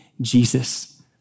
Jesus